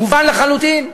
מובן לחלוטין.